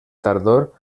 tardor